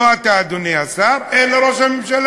לא אתה, אדוני השר, אלא ראש הממשלה.